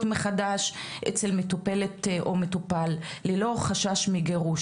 מחדש אצל מטופלת או מטופל ללא חשש מגירוש.